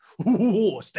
stay